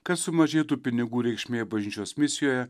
kad sumažėtų pinigų reikšmė bažnyčios misijoje